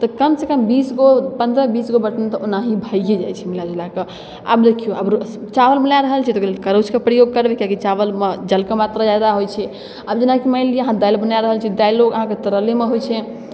तऽ कमसँ कम बीस गो पन्द्रह बीस गो बर्तन तऽ ओनाही भैए जाइ छै मिला जुला कऽ आब देखियौ आब रोटी चावल बना रहल छी तऽ ओहिके लेल करछुके प्रयोग करबै किएकि चावलमे जलके मात्रा ज्यादा होइ छै आब जेनाकि मानि लिअ अहाँ दालि बना रहल छी दालिओ अहाँकेँ तरलेमे होइ छै